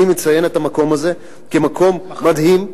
אני מציין את המקום הזה כמקום מדהים,